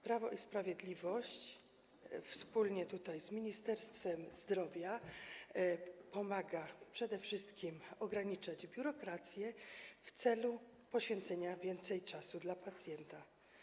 Prawo i Sprawiedliwość wspólnie z Ministerstwem Zdrowia pomaga przede wszystkim ograniczać biurokrację w celu poświęcenia większej ilości czasu dla pacjenta.